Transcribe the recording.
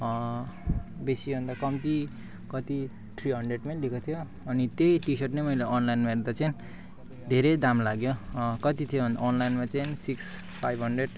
बेसीभन्दा कम्ती कति थ्री हन्ड्रेडमै लिएको थियो अनि त्यही टिसर्ट चाहिँ मैले अनलाइनमा हेर्दा चाहिँ धेरै दाम लाग्यो कति थियो अनलाइनमा चाहिँ सिक्स फाइभ हन्ड्रेड